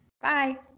bye